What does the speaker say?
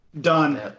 Done